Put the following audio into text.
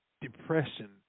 depression